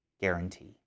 guarantee